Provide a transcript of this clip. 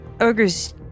Ogres